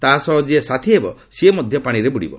ତାହା ସହ ଯିଏ ସାଥୀ ହେବ ସିଏ ମଧ୍ୟ ପାଣିରେ ବୁଡ଼ିବ